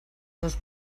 seus